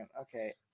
Okay